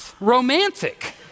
romantic